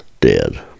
dead